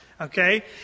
Okay